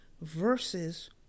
versus